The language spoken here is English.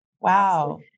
Wow